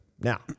Now